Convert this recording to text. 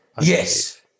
Yes